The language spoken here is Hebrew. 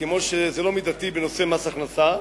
כמו שזה לא מידתי בנושא מס הכנסה,